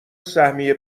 سهمیه